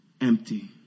empty